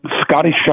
Scotty